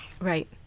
Right